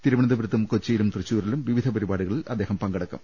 തിരുവ നന്തപുരത്തും കൊച്ചിയിലും തൃശൂരിലും വിവിധ പരിപാടി കളിൽ അദ്ദേഹം പങ്കെടുക്കും